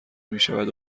میشود